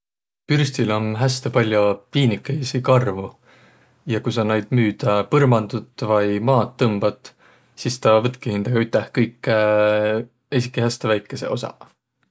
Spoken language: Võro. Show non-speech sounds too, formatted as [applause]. Pürstil om häste pall'o piinükeisi karvo. Ja ku saq noid müüdä põrmandut vai maad tõmbat, sis tuu võttki hindäga üteh kõik [hesitation] esikiq häste väikeseq osaq.